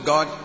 God